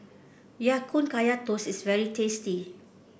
Ya Kun Kaya Toast is very tasty